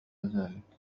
ذلك